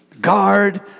Guard